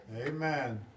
Amen